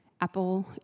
Apple